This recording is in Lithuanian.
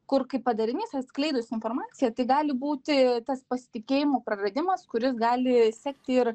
kur kaip padarinys atskleidus informaciją tai gali būti tas pasitikėjimų praradimas kuris gali sekti ir